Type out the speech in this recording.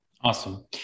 awesome